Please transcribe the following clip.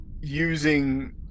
using